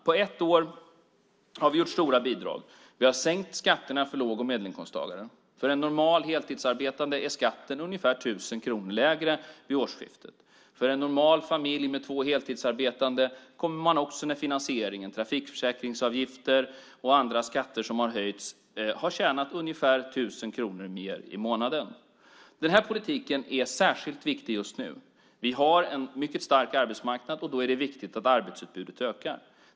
På ett år har vi gjort stora bidrag. Vi har sänkt skatterna för låg och medelinkomsttagare. För en normal heltidsarbetande är skatten ungefär 1 000 kronor lägre vid årsskiftet. För en normal familj med två heltidsarbetande kommer man också med finansieringen, trafikförsäkringsavgifter och andra skatter som har höjts, att ha tjänat ungefär 1 000 kronor mer i månaden. Den här politiken är särskilt viktigt just nu. Vi har en mycket stark arbetsmarknad. Då är det viktigt att arbetsutbudet ökar.